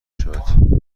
شود